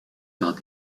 par